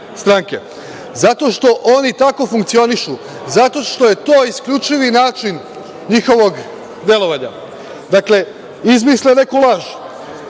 zato što oni tako funkcionišu, zato što je to isključivi način njihovog delovanja. Dakle, izmisle neku laž